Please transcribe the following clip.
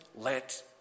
let